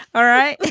all right.